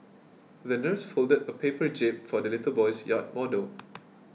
the nurse folded a paper jib for the little boy's yacht model